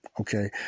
Okay